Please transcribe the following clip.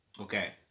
Okay